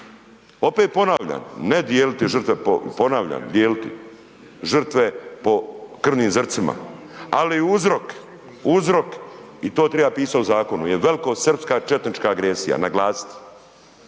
po, ponavljam, dijeliti, žrtve po krvnim zrncima, ali uzrok i to triba pisat u zakonu jel velikosrpska četnička agresija naglasit,